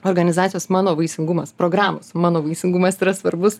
organizacijos mano vaisingumas programos mano vaisingumas yra svarbus